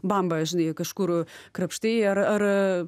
bamba žinai kažkur krapštai ar ar